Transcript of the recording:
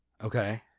Okay